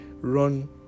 run